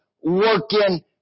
working